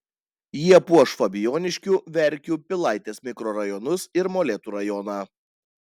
jie puoš fabijoniškių verkių pilaitės mikrorajonus ir molėtų rajoną